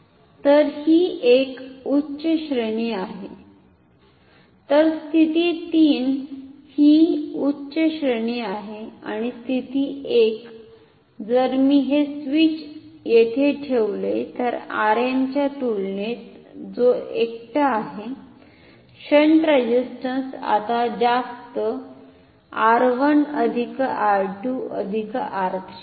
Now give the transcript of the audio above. तर ही एक उच्च श्रेणी आहे तर स्थिती 3 हि उच्च श्रेणी आहे आणि स्थिती 1 जर मी हे स्विच येथे ठेवले तर Rm च्या तुलनेत जो एकटा आहे शंट रेसिस्टन्स आता जास्त R 1 R 2 R 3 आहे